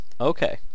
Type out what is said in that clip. Okay